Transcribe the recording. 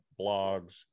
blogs